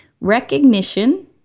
recognition